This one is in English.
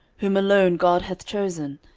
whom alone god hath chosen,